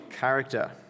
character